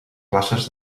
places